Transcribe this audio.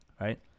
right